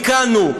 ותיקנו.